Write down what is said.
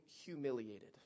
humiliated